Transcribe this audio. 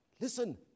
Listen